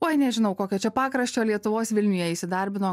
oi nežinau kokio čia pakraščio lietuvos vilniuje įsidarbino